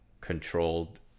controlled